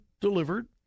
delivered